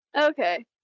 Okay